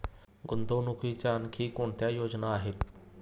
गुंतवणुकीच्या आणखी कोणत्या योजना आहेत?